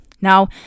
Now